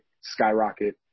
skyrocket